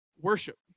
worship